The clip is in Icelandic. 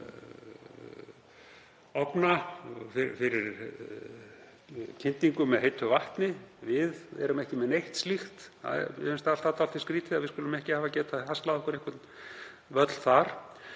og kyndingu með heitu vatni. Við erum ekki með neitt slíkt. Mér finnst alltaf dálítið skrýtið að við skulum ekki hafa getað haslað okkur einhvern völl þar.